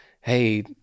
hey